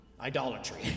Idolatry